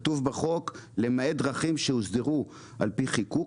כתוב בחוק "למעט דרכים שהוסדרו על פי חיקוק,